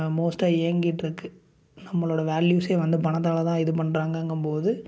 மோஸ்டாக இயங்கிகிட்டு இருக்குது நம்மளோடய வேல்யூஸே வந்து பணத்தால்தான் இது பண்றாங்கங்கும் போது